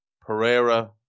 Pereira